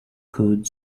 could